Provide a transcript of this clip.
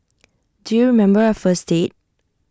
do you member our first date